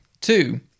Two